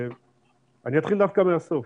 אני אתחיל דווקא מהסוף.